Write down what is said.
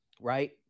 right